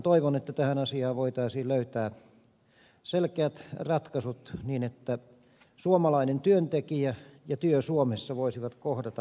toivon että tähän asiaan voitaisiin löytää selkeät ratkaisut niin että suomalainen työntekijä ja työ suomessa voisivat kohdata toisensa